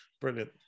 Brilliant